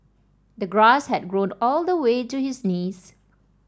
the grass had grown all the way to his knees